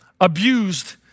abused